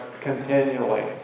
continually